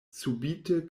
subite